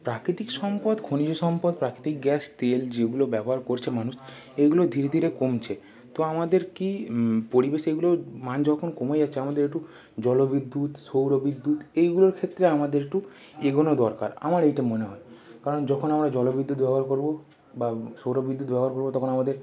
প্রাকৃতিক সম্পদ খনিজ সম্পদ প্রাকৃতিক গ্যাস তেল যেগুলো ব্যবহার করছে মানুষ এগুলো ধীরে ধীরে কমছে তো আমাদের কি পরিবেশ এগুলোর মান যখন কমে যাচ্ছে আমাদের একটু জলবিদ্যুৎ সৌরবিদ্যুৎ এইগুলোর ক্ষেত্রে আমাদের একটু এগোনো দরকার আমার এইটা মনে হয় কারণ যখন আমরা জলবিদ্যুৎ ব্যবহার করবো বা সৌরবিদ্যুৎ ব্যবহার করবো তখন আমাদের